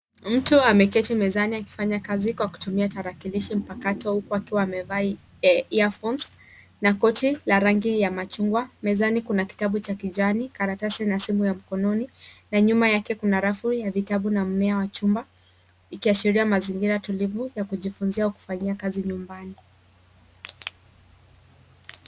Mtu ameketi mezani akifanya kazi kwa kutumia tarakilishi mpakato huku akiwa amevaa earphones , na koti, la rangi ya machungwa. Mezani kuna kitabu cha kijani, karatasi na simu ya mkononi, na nyuma yake kuna rafu ya vitabu, na mmea wa chumba, ikiashiria mazingira tulivu ya kujifunzia au kufanyia kazi nyumbani.